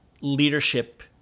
leadership